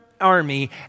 army